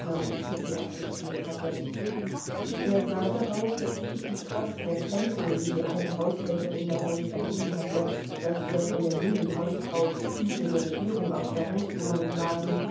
und kitty abgespielt hatte er sah daraus daß kitty trotz der kränkung die die alte haushälterin dadurch erlitten hatte daß ihr von der jungen hausfrau die zügel der regierung aus der hand genommen waren